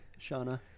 Shauna